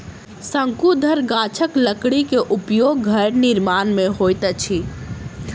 शंकुधर गाछक लकड़ी के उपयोग घर निर्माण में होइत अछि